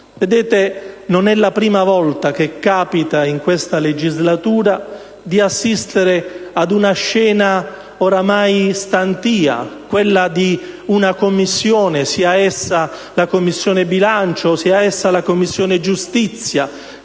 non è la prima volta che capita in questa legislatura di assistere ad una scena ormai stantia, quella di una Commissione, sia essa la Commissione bilancio sia essa la Commissione giustizia,